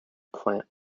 plant